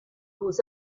beaux